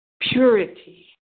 purity